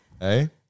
Hey